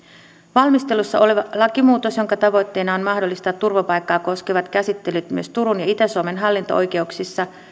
valmistelussa oleva lakimuutos jonka tavoitteena on mahdollistaa turvapaikkaa koskevat käsittelyt myös turun ja itä suomen hallinto oikeuksissa